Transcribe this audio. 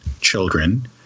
children